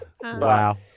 Wow